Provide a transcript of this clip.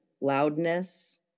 loudness